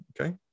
Okay